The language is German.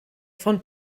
von